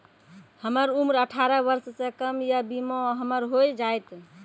हमर उम्र अठारह वर्ष से कम या बीमा हमर हो जायत?